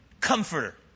comforter